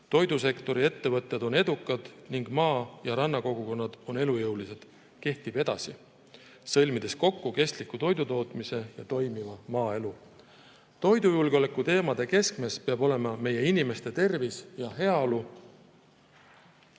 toidusektori ettevõtted on edukad ning maa‑ ja rannakogukonnad on elujõulised – kehtib edasi, sõlmides kokku kestliku toidutootmise ja toimiva maaelu. Toidujulgeoleku teemade keskmes peab olema meie inimeste tervis ja heaolu,